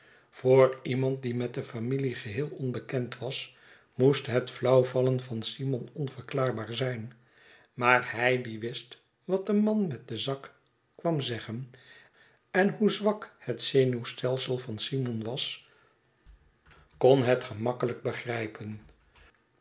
voor iemand die met de familie geheel onbekend was moest het flauwvallen van simon onverklaarbaar zijn maar hij die wist wat de man met den zak kwam zeggen en hoe zwak het zenuwgestel van simon was kon het